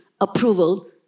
approval